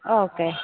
okay